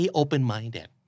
open-minded